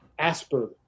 Asperger